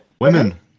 Women